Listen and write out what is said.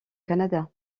canada